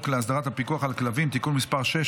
להסדרת הפיקוח על כלבים (תיקון מס' 6,